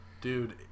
Dude